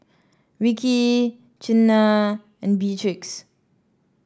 Rickey Chynna and Beatrix